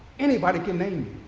anybody can name